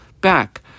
back